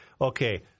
Okay